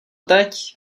teď